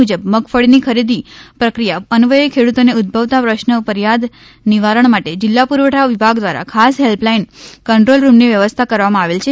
મુજબ મગફળીની ખરીદી પ્રક્રિયા અન્વચે ખેડૂતોને ઉદ્દભવતા પ્રશ્ન ફરિયાદ નિવારણ માટે જિલ્લા પુરવઠા વિભાગ દ્વારા ખાસ હેલ્પલાઇન કંટ્રોલ રૂમની વ્યવસ્થા કરવામાં આવેલ છે